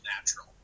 natural